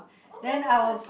oh-my-gosh